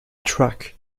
track